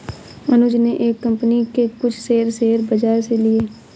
अनुज ने एक कंपनी के कुछ शेयर, शेयर बाजार से लिए